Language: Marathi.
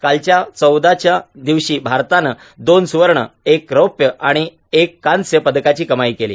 कालच्या चौदाच्या दिवशी भारतानं दोन स्रवर्ण एक रौप्य आणि एका कांस्य पदकाची कमाई केली